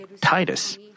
Titus